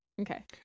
Okay